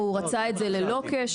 או הוא רצה את זה ללא קשר.